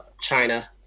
china